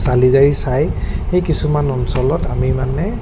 চালি জাৰি চাই সেই কিছুমান অঞ্চলত আমি মানে